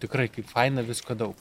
tikrai kaip faina visko daug